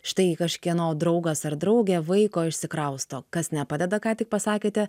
štai kažkieno draugas ar draugė vaiko išsikrausto kas nepadeda ką tik pasakėte